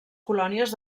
colònies